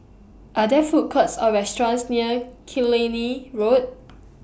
Are There Food Courts Or restaurants near Killiney Road